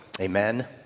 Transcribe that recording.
amen